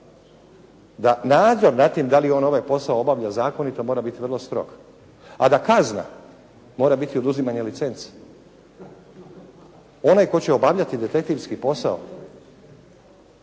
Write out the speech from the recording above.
da nadzor nad tim da li on ovaj posao obavlja zakonito mora biti vrlo strog. A da kazna mora biti oduzimanje licence. Onaj tko će obavljati detektivski posao